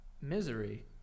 Misery